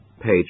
page